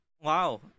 wow